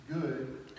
good